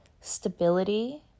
stability